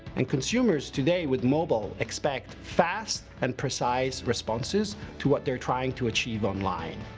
and consumers today with mobile expect fast and precise responses to what they're trying to achieve online.